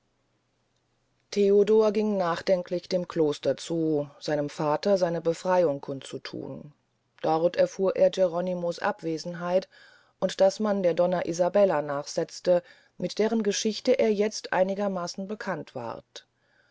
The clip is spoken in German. theodor ging nachdenklich dem kloster zu seinem vater seine befreyung kund zu thun dort erfuhr er geronimo's abwesenheit und daß man der donna isabella nachsetze mit deren geschichte er erst jetzt einigermaßen bekannt ward